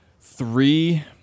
Three